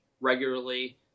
regularly